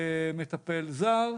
מטפל זר,